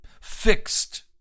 fixed